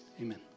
amen